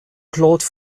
claude